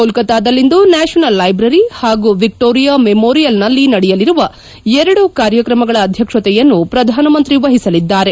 ಕೊಲ್ಲತಾದಲ್ಲಿಂದು national library ಹಾಗೂ Victoria ಮೆಮೋರಿಯಲ್ನಲ್ಲಿ ನಡೆಯಲಿರುವ ಎರಡು ಕಾರ್ಯಕ್ರಮಗಳ ಅಧ್ಯಕ್ಷತೆಯನ್ನು ಪ್ರಧಾನಮಂತ್ರಿ ವಹಿಸಲಿದ್ದಾರೆ